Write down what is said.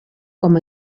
com